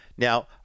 Now